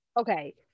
Okay